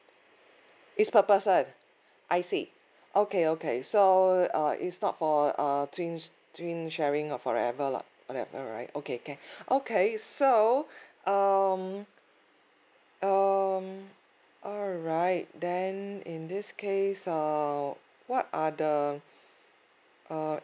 it's per person I see okay okay so uh is not for uh twins twin sharing or whatever lah whatever right okay can okay so um um alright then in this case err what are the uh